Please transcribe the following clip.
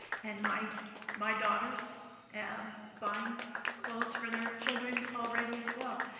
and my my daughters um buying clothes for their children already as well.